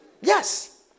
Yes